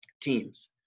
teams